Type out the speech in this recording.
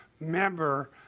member